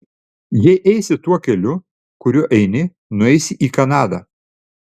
jei eisi tuo keliu kuriuo eini nueisi į kanadą